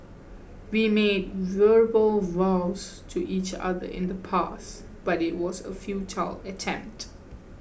we made verbal vows to each other in the past but it was a futile attempt